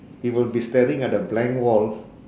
he will be staring at a blank wall